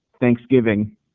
Thanksgiving